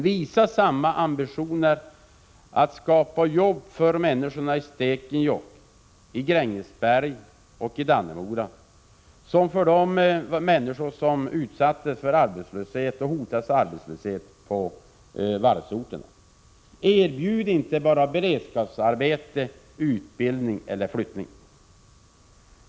Visa samma ambition att skapa jobb till människorna i Stekenjokk, Grängesberg och Dannemora som när det gäller de människor som utsattes för och hotades av arbetslöshet på varvsorterna. Erbjud inte bara beredskapsarbete, utbildning eller flyttning.